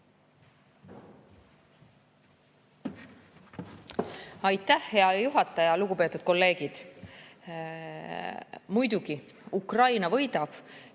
Aitäh, hea juhataja! Lugupeetud kolleegid! Muidugi, Ukraina võidab.